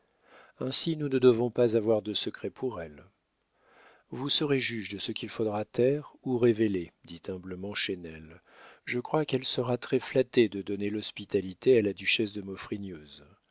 ainsi nous ne devons pas avoir de secret pour elle vous serez juge de ce qu'il faudra taire ou révéler dit humblement chesnel je crois qu'elle sera très flattée de donner l'hospitalité à la duchesse de